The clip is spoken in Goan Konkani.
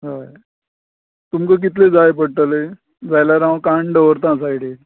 हय तुमकां कितली जाय पडटली जाल्यार हांव काडून दवरतां सायडीक